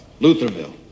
Lutherville